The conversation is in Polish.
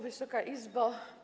Wysoka Izbo!